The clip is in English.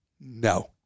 No